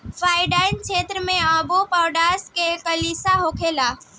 पहाड़ी क्षेत्र मे अब्बो पटौनी के किल्लत होखेला